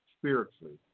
spiritually